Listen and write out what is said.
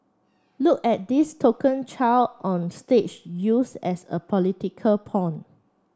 look at this token child on stage used as a political pawn